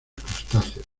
crustáceos